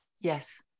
yes